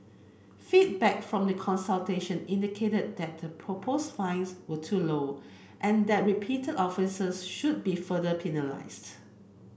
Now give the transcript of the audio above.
feedback from the consultation indicated that the proposed fines were too low and that repeated offences should be further penalised